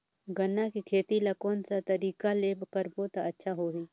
गन्ना के खेती ला कोन सा तरीका ले करबो त अच्छा होही?